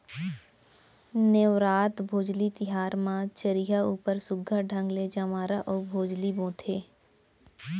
नेवरात, भोजली तिहार म चरिहा ऊपर सुग्घर ढंग ले जंवारा अउ भोजली बोथें